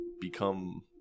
become